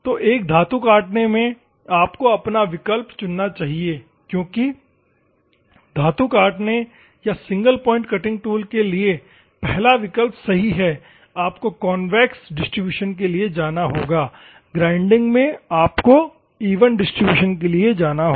तो एक धातु काटने में आपको अपना विकल्प चुनना चाहिए क्योंकि धातु काटने या सिंगल पॉइंट कटिंग टूल के लिए पहला विकल्प सही है आपको कॉन्वेक्स डिस्ट्रीब्यूशन के लिए जाना होगा ग्राइंडिंग में आपको ईवन डिस्ट्रीब्यूशन के लिए जाना होगा